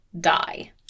die